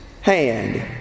hand